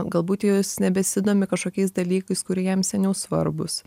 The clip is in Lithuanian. galbūt jau jis nebesidomi kažkokiais dalykais kurie jam seniau svarbūs